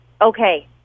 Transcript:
Okay